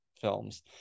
films